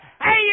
hey